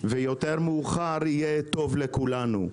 ויותר מאוחר יהיה טוב לכולנו.